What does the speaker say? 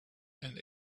and